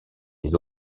les